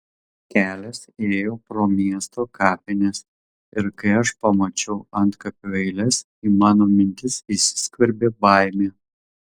kelias ėjo pro miesto kapines ir kai aš pamačiau antkapių eiles į mano mintis įsiskverbė baimė